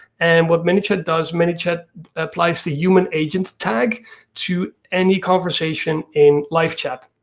and what manychat does, manychat applies the human agent tag to any conversation in live chat.